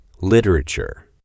Literature